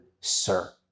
sir